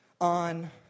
on